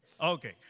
Okay